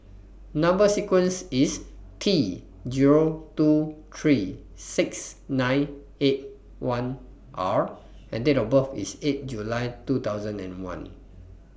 Number sequence IS T Zero two three six nine eight one R and Date of birth IS eight July two thousand and one